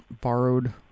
borrowed